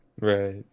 right